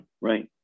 Right